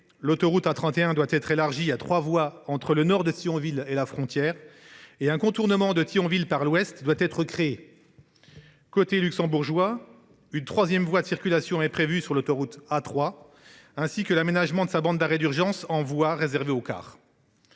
l’autoroute A31 doit être élargie à trois voies entre le nord de Thionville et la frontière tandis qu’un contournement de Thionville par l’ouest doit être créé ; côté luxembourgeois, une troisième voie de circulation est prévue sur l’autoroute A3, ainsi que l’aménagement de sa bande d’arrêt d’urgence en voie réservée aux cars.